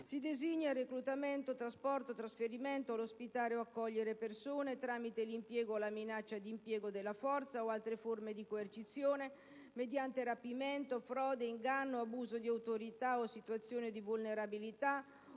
si designa «il reclutamento, trasporto, trasferimento, l'ospitare o accogliere persone, tramite l'impiego o la minaccia di impiego della forza o altre forme di coercizione, mediante rapimento, frode, inganno, abuso di autorità o situazione di vulnerabilità